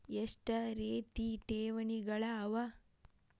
ಎಷ್ಟ ರೇತಿ ಠೇವಣಿಗಳ ಅವ?